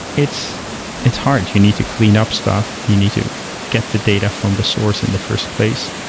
it's it's hard. you need to clean up stuff. you need to get the data from the source in the first place.